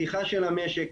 פתיחה של המשק,